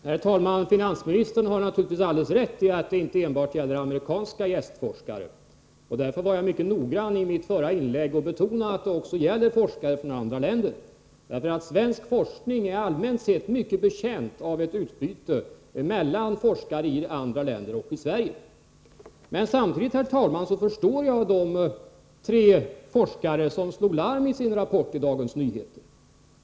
Herr talman! Finansministern har naturligtvis alldeles rätt i att det inte enbart gäller amerikanska gästforskare. Därför var jag mycket noga med att i mitt förra inlägg betona att frågan också gäller forskare från andra länder. Svensk forskning är allmänt sett mycket betjänt av ett utbyte mellan forskare i andra länder och i Sverige. Men samtidigt, herr talman, förstår jag de tre forskare som slog larm i sin rapport i Dagens Nyheter.